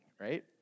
right